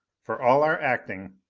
for all our acting,